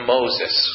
Moses